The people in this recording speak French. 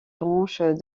branche